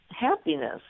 happiness